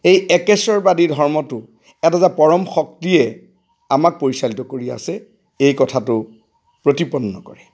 এই একেশ্বৰবাদী ধৰ্মটো এটা এটা পৰম শক্তিয়ে আমাক পৰিচালিত কৰি আছে এই কথাটো প্ৰতিপন্ন কৰে